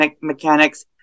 mechanics